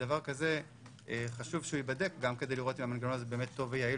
ודבר כזה חשוב שייבדק גם כדי לראות אם המנגנון הזה באמת טוב ויעיל